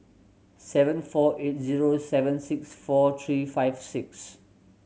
seven four eight zero seven six four three five six